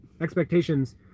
expectations